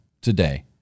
today